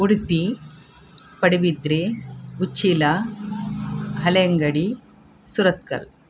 Udupi Padubidri Uchila Haleangadi Surathkal